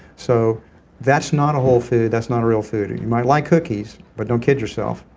so that's not a whole food, that's not a real food. you might like cookies, but don't kid yourself.